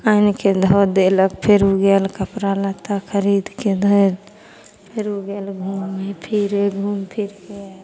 आनिके धऽ देलक फेर ओ गेल कपड़ा लत्ता खरिदके धरि फेर ओ गेल घुमै फिरै घुमिफिरिके आएल